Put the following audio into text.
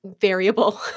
variable